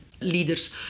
leaders